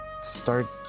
Start